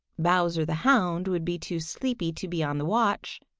bowser the hound would be too sleepy to be on the watch.